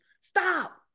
stop